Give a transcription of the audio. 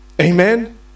amen